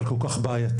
אבל כל כך בעייתי,